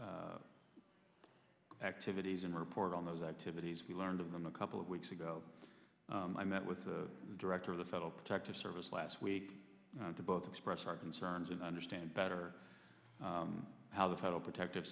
those activities and report on those activities we learned of them a couple of weeks ago i met with the director of the federal protective service last week to both expressed our concerns and understand better how the federal protective